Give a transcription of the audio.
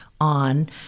on